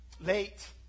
Late